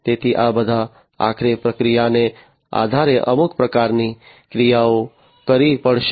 તેથી આ બધા આખરે પ્રક્રિયાના આધારે અમુક પ્રકારની ક્રિયાઓ કરવી પડશે